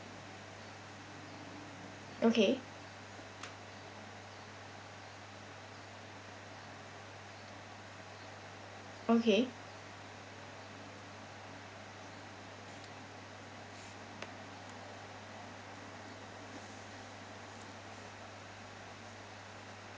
okay okay